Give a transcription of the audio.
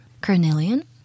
carnelian